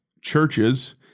churches